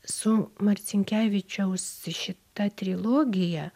su marcinkevičiaus šita trilogija